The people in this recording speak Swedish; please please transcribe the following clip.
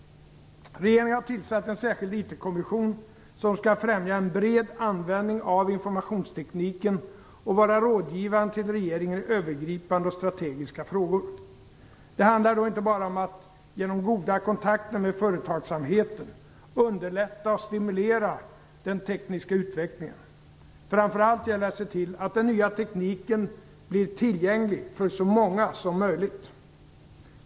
Regeringen har tillsatt en särskild IT-kommission som skall främja en bred användning av informationstekniken och vara rådgivande till regeringen i övergripande och strategiska frågor. Det handlar då inte bara om att genom goda kontakter med företagsamheten underlätta och stimulera den tekniska utvecklingen. Framför allt gäller det att se till att den nya tekniken blir tillgänglig för så många som möjligt.